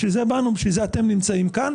בשביל זה באנו, ובשביל זה אתם נמצאים כאן.